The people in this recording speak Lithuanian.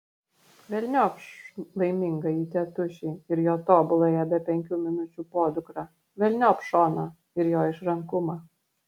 velniop laimingąjį tėtušį ir jo tobuląją be penkių minučių podukrą velniop šoną ir jo išrankumą